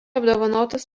apdovanotas